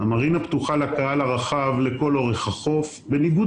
פתוחה לקהל הרחב לכל אורך החוף בניגוד